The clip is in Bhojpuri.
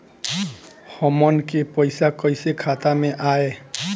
हमन के पईसा कइसे खाता में आय?